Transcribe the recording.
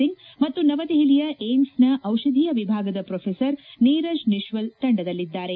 ಸಿಂಗ್ ಮತ್ತು ನವದೆಹಲಿಯ ಏಮ್ಸ್ ನ ಡಿಷಧೀಯ ವಿಭಾಗದ ಪ್ರೋಫೆಸರ್ ನೀರಜ್ ನಿಶ್ವಲ್ ತಂಡದಲ್ಲಿದ್ದಾರೆ